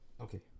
Okay